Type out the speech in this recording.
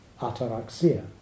Ataraxia